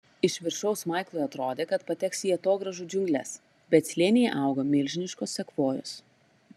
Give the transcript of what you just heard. iš viršaus maiklui atrodė kad pateks į atogrąžų džiungles bet slėnyje augo milžiniškos sekvojos